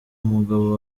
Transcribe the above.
umugabo